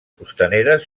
costaneres